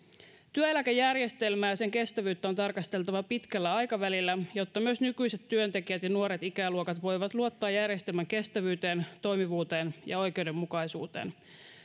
työeläkejärjestelmää ja sen kestävyyttä on tarkasteltava pitkällä aikavälillä jotta myös nykyiset työntekijät ja nuoret ikäluokat voivat luottaa järjestelmän kestävyyteen toimivuuteen ja oikeudenmukaisuuteen